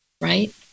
Right